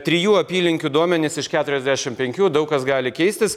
trijų apylinkių duomenys iš keturiasdešimt penkių daug kas gali keistis